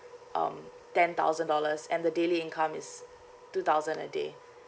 um ten thousand dollars and the daily income is two thousand a day